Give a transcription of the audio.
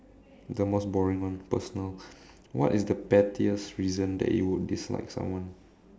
the most boring one personal what is the pettiest reason that you would dislike someone